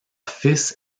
fils